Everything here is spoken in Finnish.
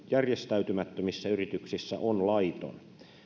järjestäytymättömissä yrityksissä on laiton